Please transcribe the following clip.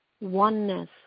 oneness